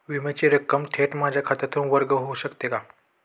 विम्याची रक्कम थेट माझ्या खात्यातून वर्ग होऊ शकते का?